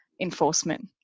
enforcement